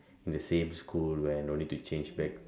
in the same school where I don't need to change back